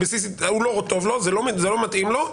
זה לא מתאים לו,